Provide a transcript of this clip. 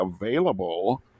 available